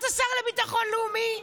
אתה שר לביטחון לאומי.